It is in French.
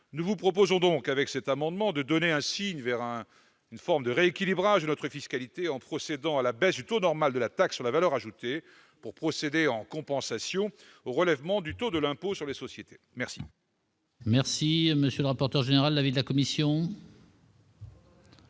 Nous vous proposons, avec cet amendement, de donner un signe pour aller vers une forme de rééquilibrage de notre fiscalité, avec la baisse du taux normal de la taxe sur la valeur ajoutée, pour procéder, en compensation, au relèvement du taux de l'impôt sur les sociétés. Quel